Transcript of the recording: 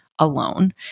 alone